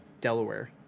Delaware